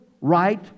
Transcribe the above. right